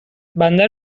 بندر